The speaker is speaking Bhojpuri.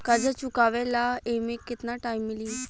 कर्जा चुकावे ला एमे केतना टाइम मिली?